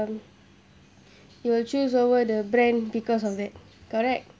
mm you will choose over the brand because of it correct